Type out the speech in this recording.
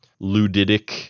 ludic